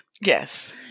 Yes